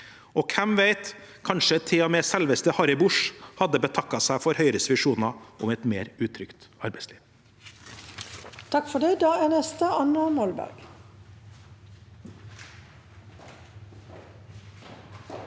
og hvem vet? Kanskje til og med selveste Harry Bosch hadde betakket seg for Høyres visjoner om et mer utrygt arbeidsliv.